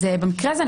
אז במקרה הזה,